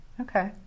Okay